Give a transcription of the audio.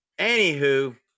Anywho